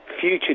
future